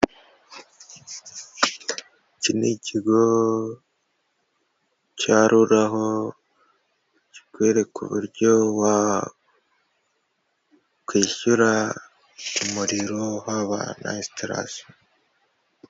Iki ni ikigo cya ruraraho kikwereka uburyo wakwishyura umuriro haba na esitarasiyo.